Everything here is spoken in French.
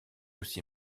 aussi